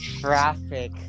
traffic